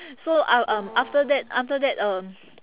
so uh um after that after that um